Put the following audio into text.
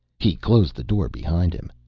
he closed the door behind him.